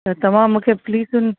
त तव्हां मूंखे प्लीस हुन